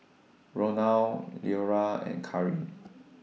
Ronal Leora and Karin